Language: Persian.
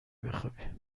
بخوابی